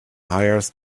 hires